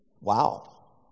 wow